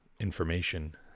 information